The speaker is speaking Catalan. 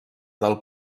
del